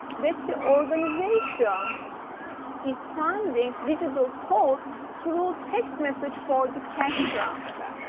that the organization is sending digital code through text message for the cash transfer,